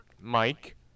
Mike